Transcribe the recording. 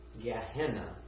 Gehenna